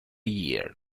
year